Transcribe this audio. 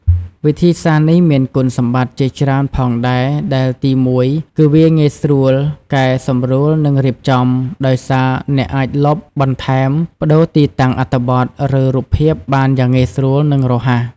វិធីសាស្ត្រនេះមានគុណសម្បត្តិជាច្រើនផងដែរ ដែលទីមួយគឺ វាងាយស្រួលកែសម្រួលនិងរៀបចំ ដោយសារអ្នកអាចលុប បន្ថែម ប្ដូរទីតាំងអត្ថបទ ឬរូបភាពបានយ៉ាងងាយស្រួល និងរហ័ស។